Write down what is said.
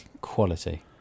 quality